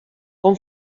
com